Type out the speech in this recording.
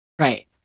Right